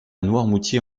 noirmoutier